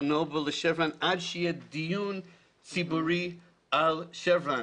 נובל ל-שברן עד שיהיה דיון ציבורי על שברן.